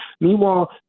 Meanwhile